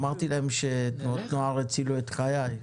אני אמרתי להם שתנועות נוער הצילו את חיי,